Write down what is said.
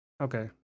Okay